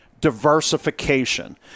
diversification